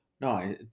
No